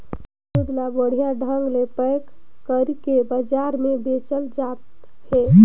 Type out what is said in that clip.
दूद ल बड़िहा ढंग ले पेक कइरके बजार में बेचल जात हे